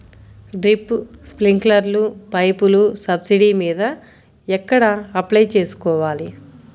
Drip, స్ప్రింకర్లు పైపులు subsidy మీద ఎక్కడ అప్లై చేసుకోవాలి?